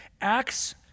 Acts